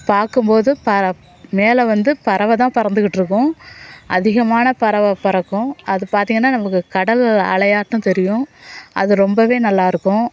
பார்க்கும்போது பற மேலே வந்து பறவைதான் பறந்துகிட்டு இருக்கும் அதிகமான பறவை பறக்கும் அது பார்த்திங்கன்னா நமக்கு கடல் அலையாட்டம் தெரியும் அது ரொம்பவே நல்லா இருக்கும்